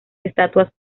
estatuas